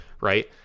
right